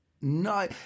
No